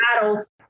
battles